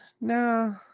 No